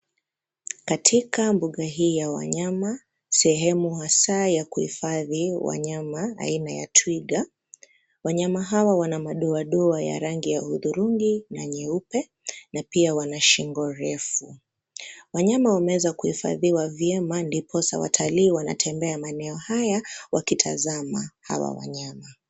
Katika mbuga hii ya wanyama, sehemu hasa ya kuhifadhi wanyama aina ya twiga. Wanyama hawa wana madoadoa ya rangi ya hudhurungi na nyeupe, na pia wana shingo refu. Wanyama wameweza kuhifadhiwa vyema ndiposa watalii wanatembea maeneo haya, wakitazama hawa wanyama.